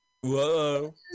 Whoa